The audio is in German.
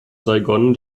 saigon